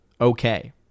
okay